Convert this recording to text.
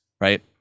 right